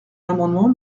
l’amendement